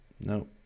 no